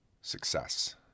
Success